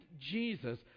Jesus